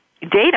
data